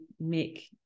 make